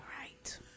Right